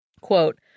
quote